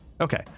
Okay